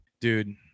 dude